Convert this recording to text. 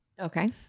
Okay